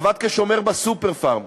עבד כשומר ב"סופר-פארם",